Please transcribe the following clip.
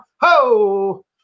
Ho